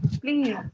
please